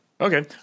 okay